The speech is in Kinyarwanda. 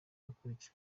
hakurikijwe